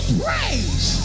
praise